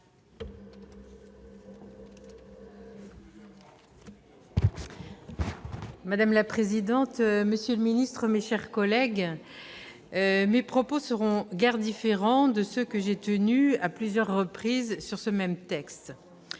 Madame la présidente, monsieur le secrétaire d'État, mes chers collègues, mes propos ne seront guère différents de ceux que j'ai déjà tenus à plusieurs reprises sur ce texte.